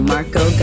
Marco